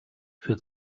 für